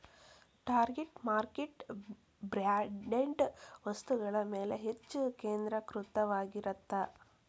target market branded ವಸ್ತುಗಳ ಮ್ಯಾಲೆ ಹೆಚ್ಚ್ ಕೇಂದ್ರೇಕೃತವಾಗಿರತ್ತ